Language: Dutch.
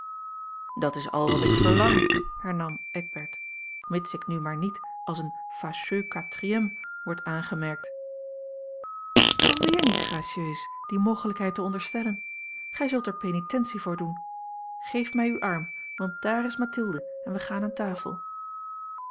dat is al wat ik verlang hernam eckbert mits ik nu maar niet als een fâcheux quatrième wordt aangemerkt alweer niet gracieus die mogelijkheid te onderstellen gij zult er penitentie voor doen geef mij uw arm want dààr is mathilde en wij gaan aan tafel